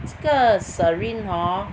这个 Serene hor